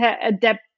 adapt